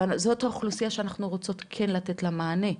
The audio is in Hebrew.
זאת האוכלוסיה שאנחנו רוצים לתת לה מענה,